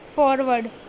forward